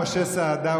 משה סעדה,